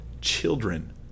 children